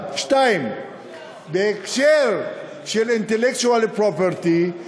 1. 2. בהקשר של Intellectual Property,